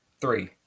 Three